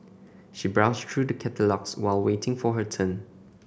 she browsed through the catalogues while waiting for her turn